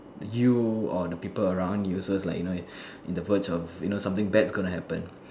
you or the people around you so it's like you know in the verge of you know something bad gonna happen